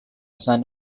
son